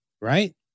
Right